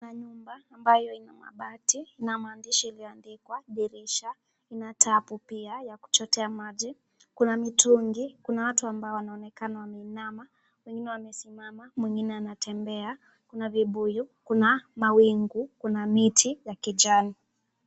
Kuna nyumba ambayo ina mabati na maandishi iliyoandikwa, dirisha. Kuna tapu pia ya kuchotea maji. Kuna mitungi. Kuna watu ambao wanaonekana wameinama. Wengine wamesimama, mwingine anatembea. Kuna vibuyu, kuna mawingu, kuna miti ya kijani.